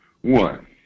One